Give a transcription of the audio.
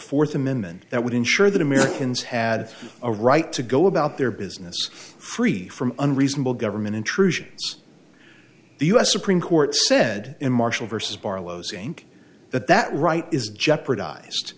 fourth amendment that would ensure that americans had a right to go about their business free from unreasonable government intrusion the u s supreme court said in marshall vs barlow's ink that that right is jeopardized